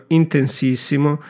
intensissimo